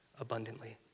abundantly